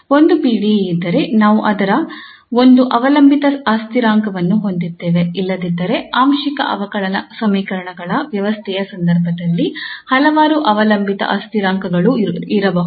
ಒಂದು PDE ಇದ್ದರೆ ನಾವು ಒಂದು ಅವಲಂಬಿತ ಅಸ್ಥಿರಾಂಕವನ್ನು ಹೊಂದಿದ್ದೇವೆ ಇಲ್ಲದಿದ್ದರೆ ಆಂಶಿಕ ಅವಕಲನ ಸಮೀಕರಣಗಳ ವ್ಯವಸ್ಥೆಯ ಸಂದರ್ಭದಲ್ಲಿ ಹಲವಾರು ಅವಲಂಬಿತ ಅಸ್ಥಿರಾಂಕಗಳೂ ಇರಬಹುದು